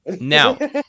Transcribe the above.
Now